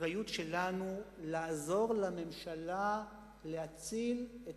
האחריות שלנו היא לעזור לממשלה להציל את